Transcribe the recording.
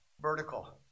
vertical